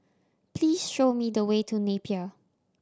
please show me the way to Napier